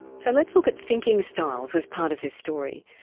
so let's look at thinking styles as part of this story.